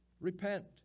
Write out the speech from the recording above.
Repent